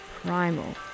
Primal